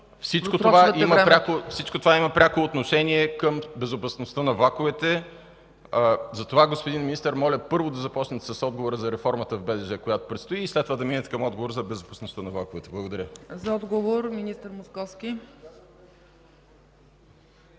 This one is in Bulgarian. Всичко това има пряко отношение към безопасността на влаковете. Затова, господин Министър, моля, първо, да започнете с отговора за реформата в БДЖ, която предстои, и след това да минете към отговора за безопасността на влаковете. Благодаря. ПРЕДСЕДАТЕЛ ЦЕЦКА